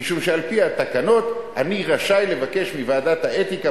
משום שעל-פי התקנון אני רשאי לבקש מוועדת האתיקה,